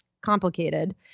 complicated